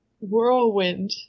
whirlwind